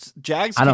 Jags